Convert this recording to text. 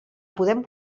podem